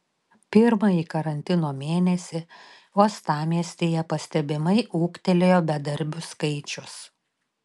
pirmąjį karantino mėnesį uostamiestyje pastebimai ūgtelėjo bedarbių skaičius